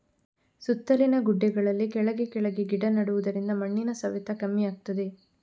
ಸುತ್ತಲಿನ ಗುಡ್ಡೆಗಳಲ್ಲಿ ಕೆಳಗೆ ಕೆಳಗೆ ಗಿಡ ನೆಡುದರಿಂದ ಮಣ್ಣಿನ ಸವೆತ ಕಮ್ಮಿ ಆಗ್ತದೆ